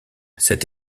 cette